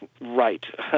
Right